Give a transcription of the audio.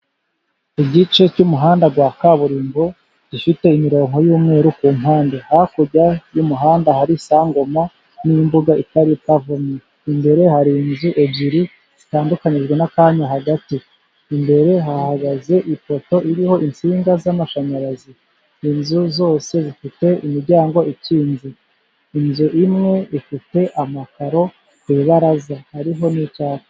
Mu gice cy'umuhanda wa kaburimbo gifite imirongo y'umweru ku mpande, hakurya y'umuhanda hari sangoma n'imbuga idapavomye, imbere hari inzu ebyiri zitandukanijwe n'akanya hagati, imbere hahagaze ipoto iriho insinga z'amashanyarazi, inzu zose zifite imiryango ikinze, inzu imwe ifite amakaro ku ibaraza hariho n'icyapa.